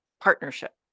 partnership